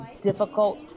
difficult